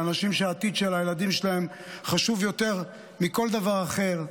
לאנשים שהעתיד של הילדים שלהם חשוב להם יותר מכל דבר אחר,